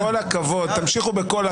אנחנו יושבים כאן,